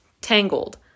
tangled